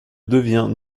devient